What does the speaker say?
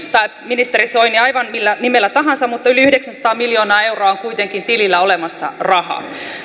ministeri soini aivan millä nimellä tahansa yli yhdeksänsataa miljoonaa euroa kuitenkin on tilillä olemassa rahaa